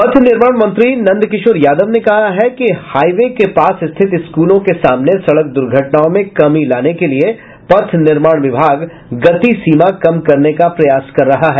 पथ निर्माण मंत्री नंद किशोर यादव ने कहा है कि हाईवे के पास स्थित स्कूलों के सामने सड़क द्र्घटनाओं में कमी लाने के लिए पथ निर्माण विभाग गति सीमा कम करने का प्रयास कर रहा है